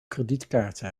kredietkaarten